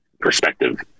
perspective